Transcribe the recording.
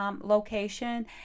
location